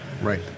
right